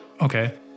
Okay